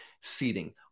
seating